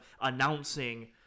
announcing